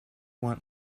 want